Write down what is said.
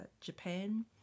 Japan